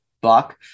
buck